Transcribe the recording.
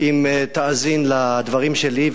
אם תאזין לדברים שלי,